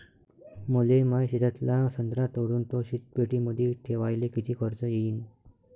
मले माया शेतातला संत्रा तोडून तो शीतपेटीमंदी ठेवायले किती खर्च येईन?